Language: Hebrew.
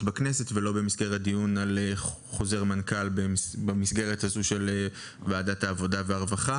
בכנסת ולא במסגרת דיון על חוזר מנכ"ל במסגרת הזו של וועדת העבודה והרווחה.